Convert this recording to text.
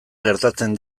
gertatzen